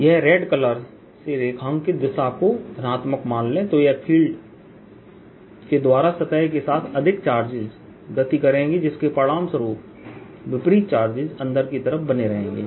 यदि red colour से रेखांकित दिशा को धनात्मक मान लें तो यह फील्ड के द्वारा सतह के साथ अधिक चार्जेस गति करेंगे जिसके परिणामस्वरूप विपरीत चार्जेस अंदर की तरफ बने रहेंगे